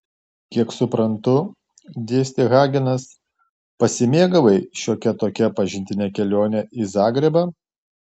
kiek suprantu dėstė hagenas pasimėgavai šiokia tokia pažintine kelione į zagrebą